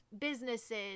businesses